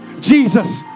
Jesus